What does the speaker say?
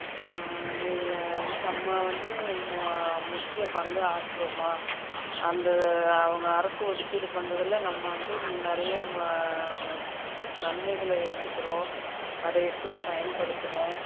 இதில் வந்து நம்ம வந்து முக்கிய பங்கு ஆற்றுவோமா அந்த அவங்க அரசு ஒதுக்கீடு பண்ணுறதுல நம்ம வந்து நிறைய நன்மைகளை ஏத்துக்கிறோம் அதை எப்படி பயன்படுத்துகிறோம்